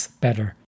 better